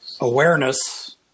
awareness